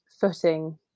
footing